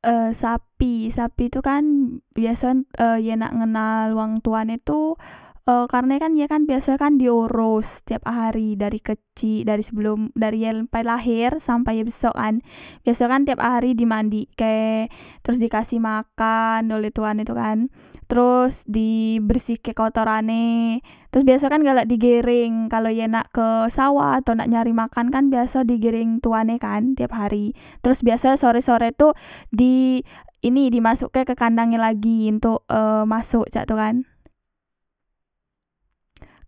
E sapi sapi tukan biasokan ye nak e ngenal wang tue kan tu biasoe kan di oros tiap hari dari kecik dari sebelom dari ye mpel laher sampai ye besok kan biaso kan tiap hari dimandikke teros dikasih makan ole tuane tu kan teros di bersihke kotorane teros biaso kan galak di gereng kalo ye nak ke sawah atau nak nyari makan kan biaso di gereng tuane kan tiap hari teros biaso e sore sore tu di ini dimasokke ke kandang nyo lagi ontok e masok caktu kan